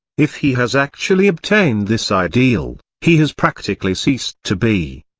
if he has actually obtained this ideal, he has practically ceased to be.